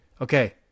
Okay